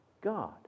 God